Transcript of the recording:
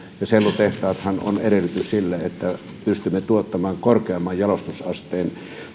sellutehtaathan ovat edellytys sille että pystymme tuottamaan korkeamman jalostusasteen